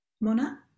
Mona